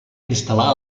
instal·lar